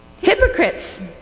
Hypocrites